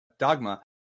Dogma